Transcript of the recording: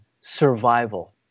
survival